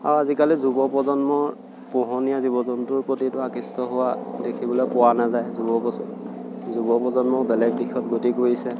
আৰু আজিকালি যুৱ প্ৰজন্ম পোহনীয়া জীৱ জন্তুৰ প্ৰতিও আকৃষ্ট হোৱা দেখিবলৈ পোৱা নাযায় যুৱ যুৱ প্ৰজন্ম বেলেগ দিশত গতি কৰিছে